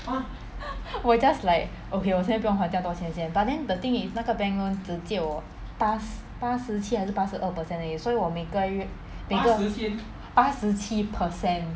我 just like okay 我现在不用还这样多钱先 but then the thing is 那个 bank loan 只借我八十七还是八十二 percent 而已所以我每个每个月八十七 percent